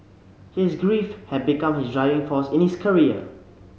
his grief had become his driving force in his career